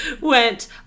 went